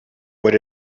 what